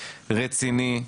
רציני,